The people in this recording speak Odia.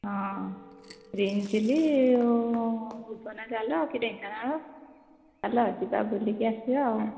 ହଁ ଗ୍ରୀନଚିଲ୍ଲି ଓ ଭୁବନ ଚାଲ କି ଢେଙ୍କାନାଳ ଚାଲ ଯିବା ବୁଲିକି ଆସିବା ଆଉ